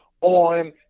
on